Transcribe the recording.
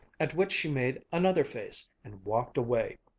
at which she made another face and walked away,